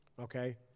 Okay